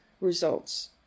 results